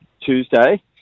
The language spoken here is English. Tuesday